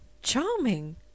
Charming